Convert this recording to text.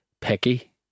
picky